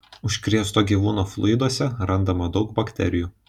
užkrėsto gyvūno fluiduose randama daug bakterijų